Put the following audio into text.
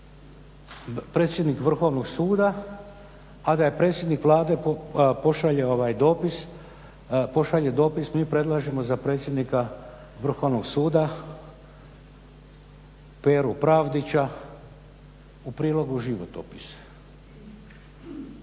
predsjednik Vrhovnog suda, a da predsjednik Vlade pošalje dopis mi predlažemo za predsjednika Vrhovnog suda Peru Pravdića, u prilogu životopis.